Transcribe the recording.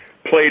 played